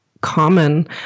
common